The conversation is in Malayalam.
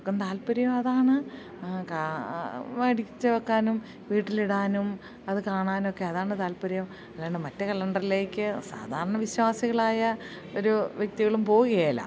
എല്ലാവർക്കും താല്പര്യം അതാണ് കാ മേടിച്ച് വെക്കാനും വീട്ടിൽ ഇടാനും അത് കാണാൻ ഒക്കെ അതാണ് താല്പര്യം അല്ലാണ്ട് മറ്റ് കലണ്ടറിലേക്ക് സാധാരണ വിശ്വാസികളായ ഒരു വ്യക്തികളും പോവുകേല